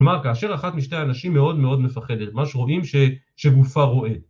כלומר, כאשר אחת משתי הנשים מאוד מאוד מפחדת, ממש רואים שגופה רועד.